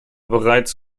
bereits